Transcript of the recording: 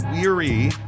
weary